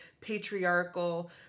patriarchal